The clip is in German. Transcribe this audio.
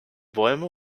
bäume